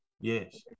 Yes